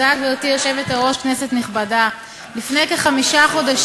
עוברת לוועדת הכנסת לקביעת הוועדה להמשך טיפול בהצעת החוק.